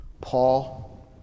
Paul